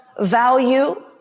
Value